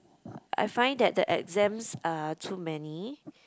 I find that the exams are too many